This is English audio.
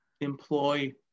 employ